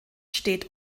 steht